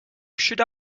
should